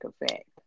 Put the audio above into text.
effect